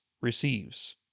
receives